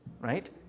right